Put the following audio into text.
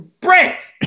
Brett